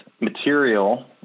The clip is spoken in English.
material